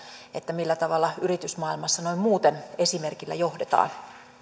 millä tavalla yritysmaailmassa noin muuten esimerkillä johdetaan